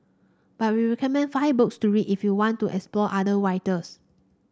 but we recommend five books to read if you want to explore other writers